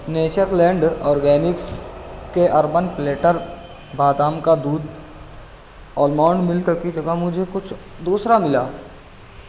nature Land Organics کے Urban Platter بادام کا دودھ المانڈ ملک کی جگہ مجھے کچھ دوسرا ملا